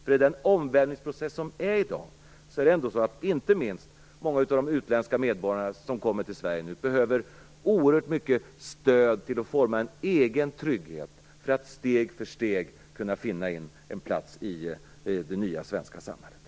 I den omvälvningsprocess som sker i dag behöver inte minst många av de utländska medborgarna som kommer till Sverige oerhört mycket stöd för att forma en egen trygghet för att steg för steg kunna finna en plats i det nya svenska samhället.